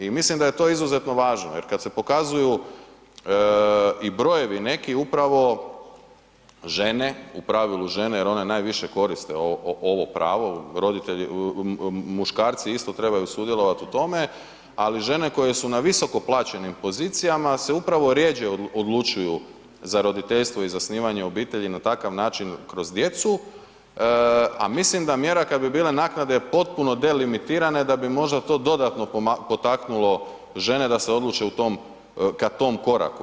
I mislim da je to izuzetno važno jer kad se pokazuju i brojevi neki upravo žene, u pravilu žene jer one najviše koriste ovo pravo, roditelji, muškarci isto trebaju sudjelovati u tome, ali žene koje su na visoko plaćenim pozicijama se upravo rjeđe odlučuju za roditeljstvo i zasnivanje obitelji na takav način kroz djecu, a mislim da mjera kad bi bile naknade potpuno delimitirane da bi možda to dodatno potaknulo žene da se odluče ka tom koraku.